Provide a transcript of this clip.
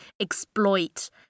exploit